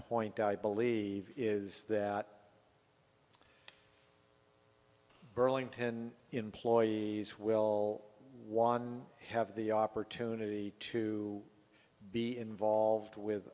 point i believe is that burlington employees will one have the opportunity to be involved with